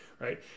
right